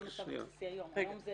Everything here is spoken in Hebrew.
לא המצב הבסיסי היום.